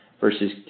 versus